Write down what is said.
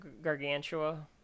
Gargantua